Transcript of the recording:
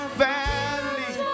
family